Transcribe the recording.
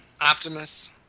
Optimus